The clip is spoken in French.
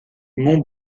mont